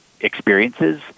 experiences